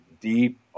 deep